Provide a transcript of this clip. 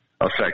affect